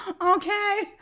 okay